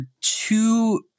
two